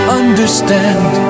understand